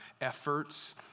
efforts